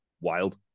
wild